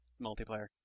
multiplayer